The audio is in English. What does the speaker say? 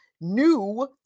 new